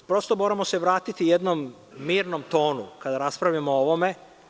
Moramo se vratiti jednom mirnom tonu, kada raspravljamo o ovome.